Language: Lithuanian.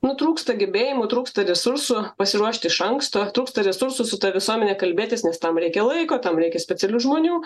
nu trūksta gebėjimų trūksta resursų pasiruošti iš anksto trūksta resursų su ta visuomene kalbėtis nes tam reikia laiko tam reikia specialių žmonių